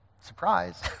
surprise